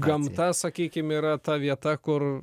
gamta sakykim yra ta vieta kur